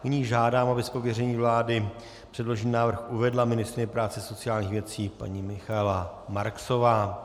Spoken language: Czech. Nyní žádám, aby z pověření vlády předložený návrh uvedla ministryně práce a sociálních věcí paní Michaela Marksová.